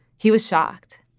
he was shocked.